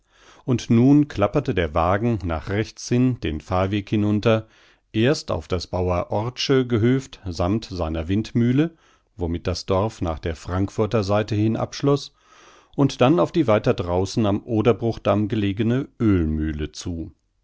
und nun klapperte der wagen nach rechts hin den fahrweg hinunter erst auf das bauer orth'sche gehöft sammt seiner windmühle womit das dorf nach der frankfurter seite hin abschloß und dann auf die weiter draußen am oderbruch damm gelegene ölmühle zu